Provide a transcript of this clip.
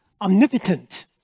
omnipotent